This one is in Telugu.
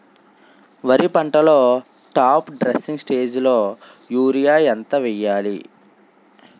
వరి పంటలో టాప్ డ్రెస్సింగ్ స్టేజిలో యూరియా ఎంత వెయ్యాలి?